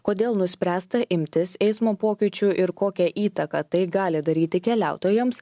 kodėl nuspręsta imtis eismo pokyčių ir kokią įtaką tai gali daryti keliautojams